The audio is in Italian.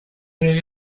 negli